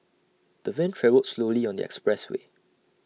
the van travelled slowly on the expressway